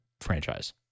franchise